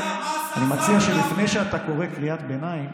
קריאת ביניים,